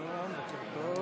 אדוני היושב-ראש,